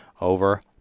over